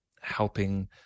helping